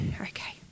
okay